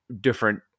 different